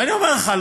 ואני אומר לך,